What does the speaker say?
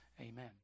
amen